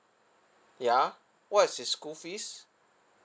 ya what is his school fees